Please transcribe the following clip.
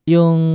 Yung